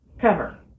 cover